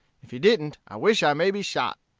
if he didn't, i wish i may be shot.